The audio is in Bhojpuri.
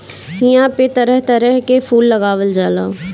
इहां पे तरह तरह के फूल उगावल जाला